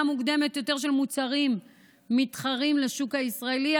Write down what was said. מוקדמת יותר של מוצרים מתחרים לשוק הישראלי,